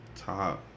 Top